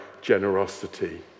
generosity